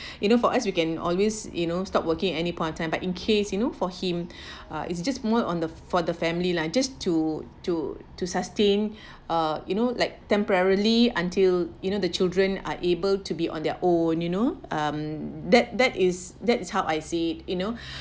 you know for us we can always you know stop working any point of time but in case you know for him uh it's just more on the for the family lah just to to to sustain uh you know like temporarily until you know the children are able to be on their own you know um that that is that is how I see you know